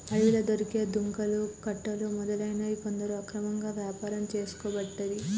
అడవిలా దొరికే దుంగలు, కట్టెలు మొదలగునవి కొందరు అక్రమంగా వ్యాపారం చేసుకోబట్టిరి